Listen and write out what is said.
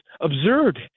absurd